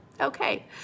okay